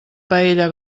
paella